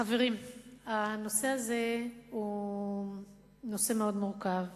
חברים, הנושא הזה הוא נושא מאוד מורכב.